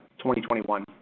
2021